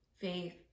faith